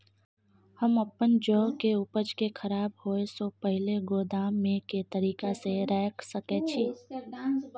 हम अपन जौ के उपज के खराब होय सो पहिले गोदाम में के तरीका से रैख सके छी?